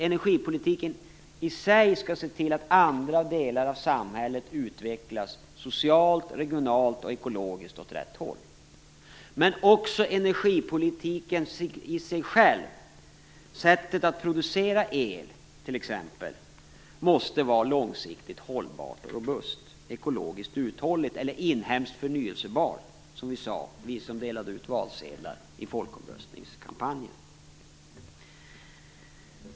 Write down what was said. Energipolitiken i sig skall se till att andra delar av samhället utvecklas socialt, regionalt och ekologiskt åt rätt håll. Men också energipolitiken i sig själv, sättet att producera t.ex. el, måste vara långsiktigt hållbar och robust, ekologiskt uthållig eller inhemskt förnyelsebar, som vi sade när vi delade ut valsedlar i folkomröstningskampanjen.